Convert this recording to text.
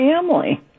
family